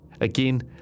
Again